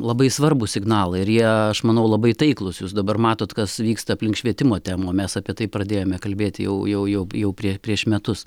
labai svarbūs signalai ir jie aš manau labai taiklūs jūs dabar matot kas vyksta aplink švietimo temą mes apie tai pradėjome kalbėti jau jau jau jau prie prieš metus